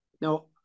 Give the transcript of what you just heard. Now